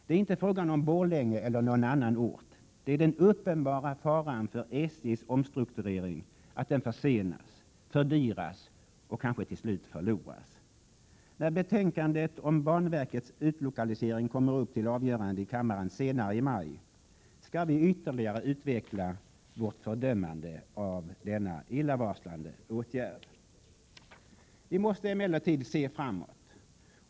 Det är inte fråga om Borlänge eller någon annan ort utan om den uppenbara faran för att SJ:s omstrukturering försenas, fördyras och kanske till slut förloras. När betänkandet om banverkets utlokalisering kommer upp till avgörande i kammaren senare i maj skall vi ytterligare utveckla vårt fördömande av denna illavarslande åtgärd. Vi måste emellertid se framåt.